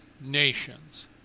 nations